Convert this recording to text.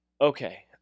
Okay